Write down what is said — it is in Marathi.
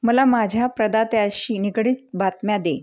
मला माझ्या प्रदात्याशी निगडीत बातम्या दे